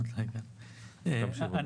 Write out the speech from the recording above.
אני